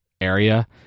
area